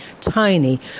tiny